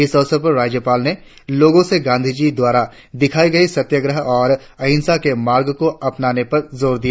इस अवसर पर राज्यपाल ने लोगों से गांधीजी द्वारा दिखाई गई सत्यग्रह और अहिंसा के मार्ग को अपनाने पर जोर दिया